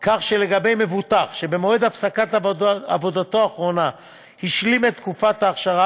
כך שלגבי מבוטח שבמועד הפסקת עבודתו האחרונה השלים את תקופת האכשרה,